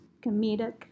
comedic